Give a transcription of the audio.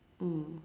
mm